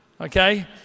okay